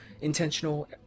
intentional